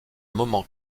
moment